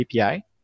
API